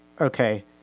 okay